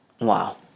Wow